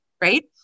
Right